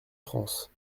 france